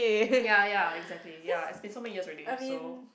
ya ya exactly ya it's been so many years already so